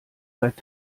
seit